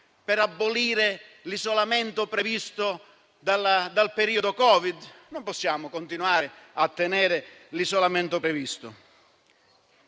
per abolire l'isolamento previsto dal periodo Covid? Non possiamo continuare a tenere l'isolamento previsto.